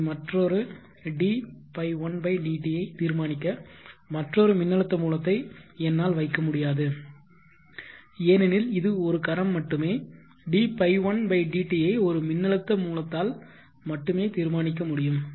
இங்கே மற்றொரு dϕ1 dt ஐ தீர்மானிக்க மற்றொரு மின்னழுத்த மூலத்தை என்னால் வைக்க முடியாது ஏனெனில் இது ஒரு கரம் மட்டுமே dϕ1 dt ஐ ஒரு மின்னழுத்த மூலத்தால் மட்டுமே தீர்மானிக்க முடியும்